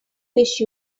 wish